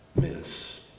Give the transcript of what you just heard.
miss